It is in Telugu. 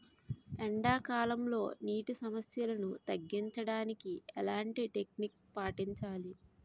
ఎండా కాలంలో, నీటి సమస్యలను తగ్గించడానికి ఎలాంటి టెక్నిక్ పాటించాలి?